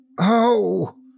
Oh